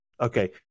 Okay